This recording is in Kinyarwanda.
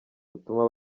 butuma